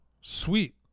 Sweet